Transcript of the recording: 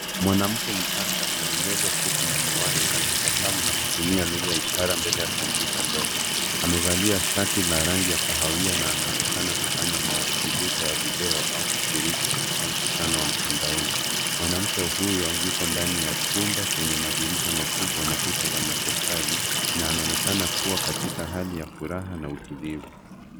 Mwanamke mchanga mwenye nywele fupi na miwani anatabasamu na kutumia lugha ya ishara mbele ya kompyuta ndogo. Amevalia shati la rangi ya kahawia na anaonekana kufanya mawasilisho ya video au kushiriki katika mkutano wa mtandaoni. Mwanamke huyo yupo ndani ya chumba chenye madirisha makubwa na kuta za matofali na anaonekana kuwa katika hali ya furaha na utulivu.